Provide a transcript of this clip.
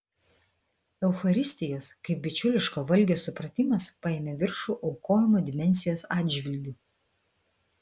eucharistijos kaip bičiuliško valgio supratimas paėmė viršų aukojimo dimensijos atžvilgiu